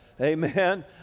Amen